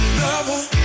lover